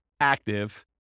active